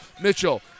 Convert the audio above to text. Mitchell